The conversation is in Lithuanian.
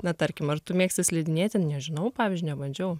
na tarkim ar tu mėgsti slidinėti nežinau pavyzdžiui nebandžiau